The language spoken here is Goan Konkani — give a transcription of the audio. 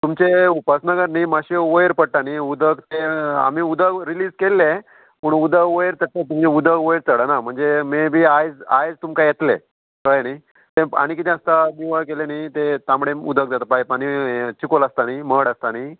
तुमचे उपासनगर न्ही मातशें वयर पडटा न्ही उदक तें आमी उदक रिलीज केल्लें पूण उदक वयर चडटा तुमचें उदक वयर चडना म्हणजे मे बी आयज आयज तुमकां येतलें कळ्ळें न्ही तें आनी कितें आसता निवळ केलें न्ही तें तांबडे उदक जाता पायपांनी चिकोल आसता न्ही मड आसता न्ही